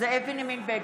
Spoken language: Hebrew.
זאב בנימין בגין,